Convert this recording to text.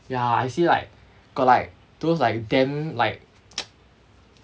ya I see like got like those like damn like